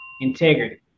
Integrity